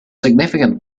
significant